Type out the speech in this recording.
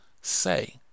say